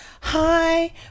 hi